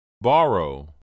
Borrow